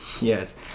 Yes